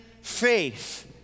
faith